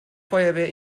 feuerwehr